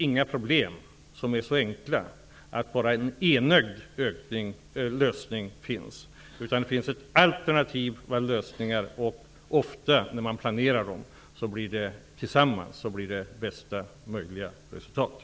Inga problem är så enkla att det bara finns en lösning. Det finns alternativa lösningar. Det blir ofta bästa möjliga resultat om man planerar dem tillsammans.